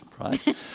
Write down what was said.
right